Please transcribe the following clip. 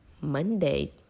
Monday